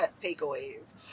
takeaways